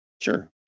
Sure